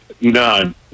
None